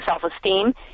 self-esteem